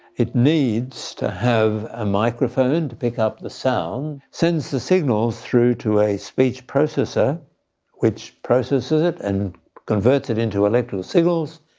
it needs to have a microphone to pick up the sound, sends the signal through to a speech processor which processes it and converts it into electrical signals,